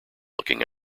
looking